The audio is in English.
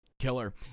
killer